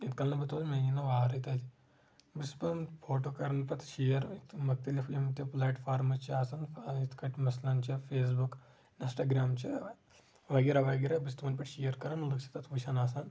یوٗت کال نہٕ بہٕ تُلہٕ مےٚ یی نہٕ وارٕے تتہِ بہٕ چھُس پنُن فوٹو کران پتہٕ شیر تہٕ مختلف یِم تہِ پلیٹ فارٕمز چھِ آسان یِتھ کٲٹھۍ مثلن چھُ فیس بُک اِنسٹا گرام چھُ وغیرہ وغیرہ بہٕ چھُس تِمن پٮ۪ٹھ شیر کران بہٕ چھُس تتھ وٕچھان آسان